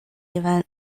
event